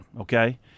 okay